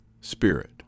spirit